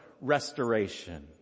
restoration